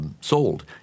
sold